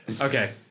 Okay